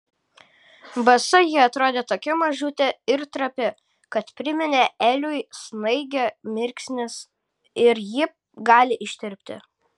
basa ji atrodė tokia mažutė ir trapi kad priminė eliui snaigę mirksnis ir ji gali ištirpti